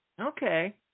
Okay